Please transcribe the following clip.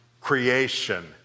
creation